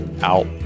out